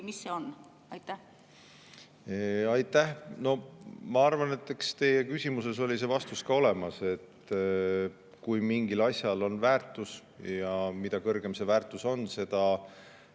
mis see on? Aitäh!